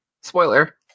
Spoiler